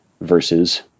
versus